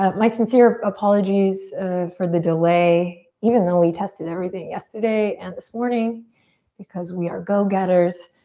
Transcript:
ah my sincere apologizes for the delay even though we tested everything yesterday and this morning because we are go-getters,